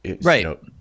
right